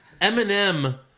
Eminem